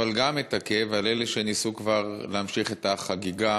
אבל גם את הכאב על אלה שניסו כבר להמשיך את החגיגה